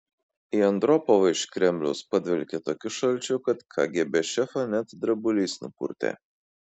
į andropovą iš kremliaus padvelkė tokiu šalčiu kad kgb šefą net drebulys nupurtė